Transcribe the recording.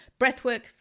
Breathwork